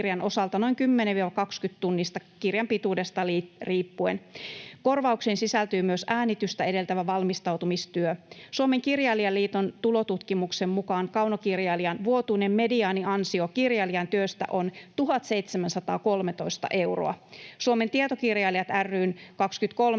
noin 10—20 tunnista kirjan pituudesta riippuen. Korvauksiin sisältyy myös äänitystä edeltävä valmistautumistyö. Suomen Kirjailijaliiton tulotutkimuksen mukaan kaunokirjailijan vuotuinen mediaaniansio kirjailijan työstä on 1 713 euroa. Suomen tietokirjailijat ry:n